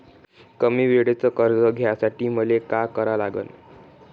कमी वेळेचं कर्ज घ्यासाठी मले का करा लागन?